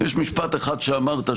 יש משפט אחד שאמרת,